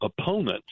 opponents